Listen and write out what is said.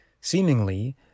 Seemingly